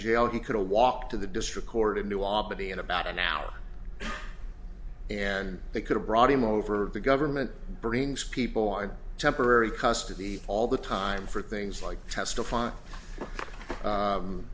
jail he could have walked to the district court in new albany in about an hour and they could have brought him over the government brings people on temporary custody all the time for things like testify